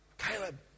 Caleb